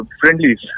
friendlies